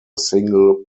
single